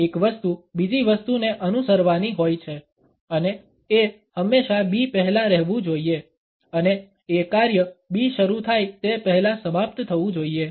એક વસ્તુ બીજી વસ્તુને અનુસરવાની હોય છે અને A હંમેશા B પહેલા રહેવું જોઈએ અને A કાર્ય B શરૂ થાય તે પહેલા સમાપ્ત થવું જોઈએ